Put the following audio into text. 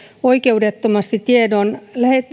oikeudettomasti tiedon